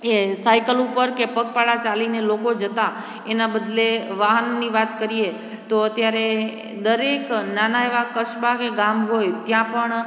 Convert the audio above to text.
એ cycle ઉપર કે પગપાળા ચાલીને લોકો જતાં એના બદલે વાહનની વાત કરીએ તો અત્યારે દરેક નાના એવા કસ્બા કે ગામ હોય ત્યાં પણ